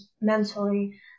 mentally